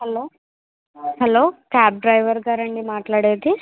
hello hello cab driver గారండీ మాట్లాడేది